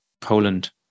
Poland